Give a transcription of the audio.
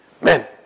Men